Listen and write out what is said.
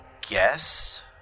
guess